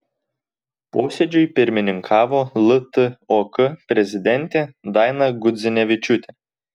posėdžiui pirmininkavo ltok prezidentė daina gudzinevičiūtė